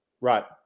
Right